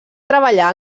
treballar